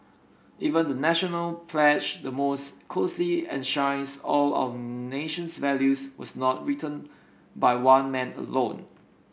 even the National pledge the most closely enshrines all our nation's values was not written by one man alone